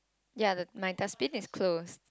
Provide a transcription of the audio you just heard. ya the my dustbin is closed